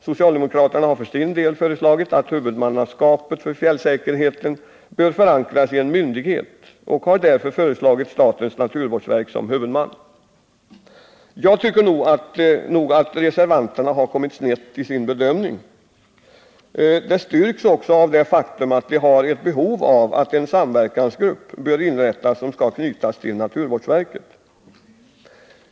Socialdemokraterna har för sin del föreslagit att huvudmannaskapet för fjällsäkerheten bör förankras i en myndighet och har därför föreslagit statens naturvårdsverk som huvudman. Jag tycker nog att reservanterna har kommit snett i sin bedömning. Det styrks också av det faktum att de har ett behov av att en samverkansgrupp inrättas, som skall knytas till naturvårdsverket.